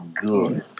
good